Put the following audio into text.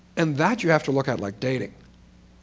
and that you have to look at like dating.